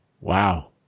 Wow